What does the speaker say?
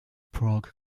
prague